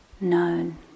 known